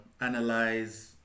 analyze